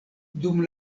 dum